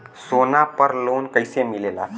सोना पर लो न कइसे मिलेला?